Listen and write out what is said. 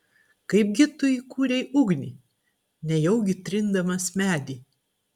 kaipgi tu įkūrei ugnį nejaugi trindamas medį